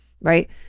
right